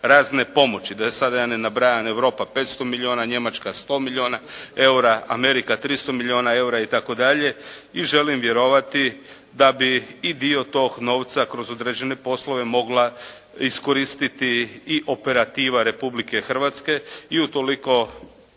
razne pomoći. Da sad ja ne nabrajam Europa 500 milijuna, Njemačka 100 milijuna EUR-a, Amerika 300 milijuna EUR-a i tako dalje. I želim vjerovati da bi i dio tog novca kroz određene poslove mogla iskoristiti i operativa Republike Hrvatske i utoliko